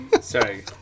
Sorry